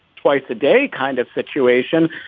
twice a day kind of situation,